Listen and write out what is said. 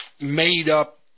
made-up